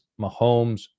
Mahomes